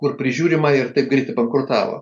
kur prižiūrima ir taip greitai bankrutavo